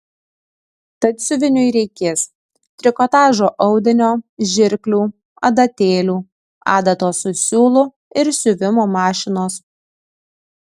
tad siuviniui reikės trikotažo audinio žirklių adatėlių adatos su siūlu ir siuvimo mašinos